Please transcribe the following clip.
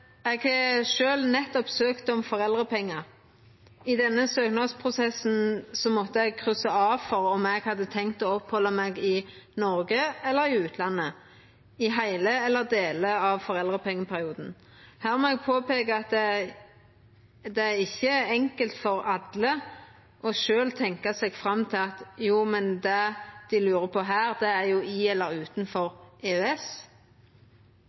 Eg har sjølv nettopp søkt om foreldrepengar. I denne søknadsprosessen måtte eg kryssa av for om eg hadde tenkt å opphalda meg i Noreg eller i utlandet i heile eller delar av foreldrepengeperioden. Her må eg påpeika at det ikkje er enkelt for alle sjølv å tenkja seg fram til at det dei lurar på her, er i eller utanfor EØS.